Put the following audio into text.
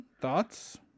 thoughts